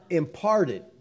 imparted